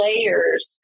layers